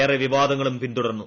ഏറെ വിവാദങ്ങളും പിന്തുടർന്നു